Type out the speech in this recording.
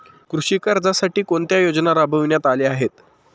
कृषी कर्जासाठी कोणत्या योजना राबविण्यात आल्या आहेत?